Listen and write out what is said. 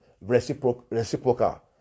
reciprocal